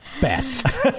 best